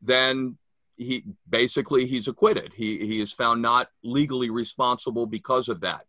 then he basically he's acquitted he is found not legally responsible because of that